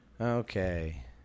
Okay